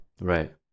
Right